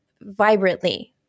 vibrantly